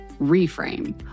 reframe